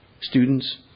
students